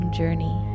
journey